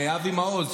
אבי מעוז,